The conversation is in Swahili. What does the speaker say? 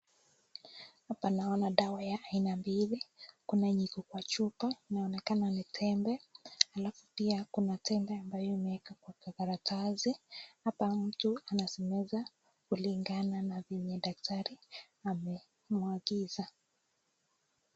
Hapa naona dawa ya aina mbili. Kuna yenye iko kwa chupa, inaonekana ni tembe, alafu pia kuna tembe ambayo imewekwa kwa kakaratasi. Hapa mtu anasimeza kulingana na venye daktari amemwagiza.